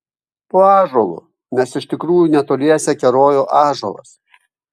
po ąžuolu nes iš tikrųjų netoliese kerojo ąžuolas